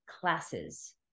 classes